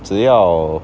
只要